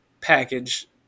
package